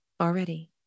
already